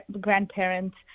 grandparents